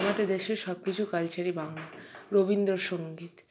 আমাদের দেশের সবকিছু কালচারই বাংলা রবীন্দ্রসঙ্গীত